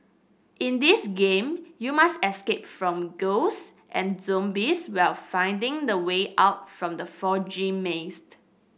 in this game you must escape from ghosts and zombies while finding the way out from the foggy maze